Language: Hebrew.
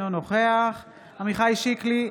אינו נוכח עמיחי שיקלי,